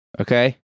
Okay